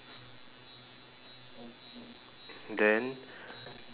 then